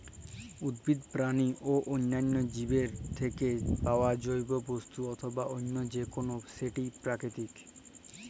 উদ্ভিদ, পেরানি অ অল্যাল্য জীবেরলে পাউয়া জৈব বস্তু অথবা অল্য যে কল সেটই পেরাকিতিক